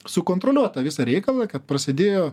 sukontroliuot tą visą reikalą kad prasidėjo